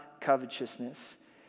covetousness